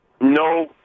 no